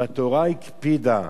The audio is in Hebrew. אם התורה הקפידה